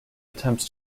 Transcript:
attempts